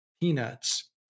peanuts